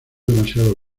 demasiado